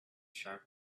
sharp